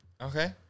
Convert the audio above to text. Okay